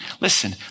listen